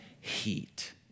Heat